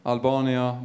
Albania